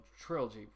trilogy